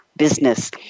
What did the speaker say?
Business